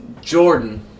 Jordan